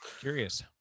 curious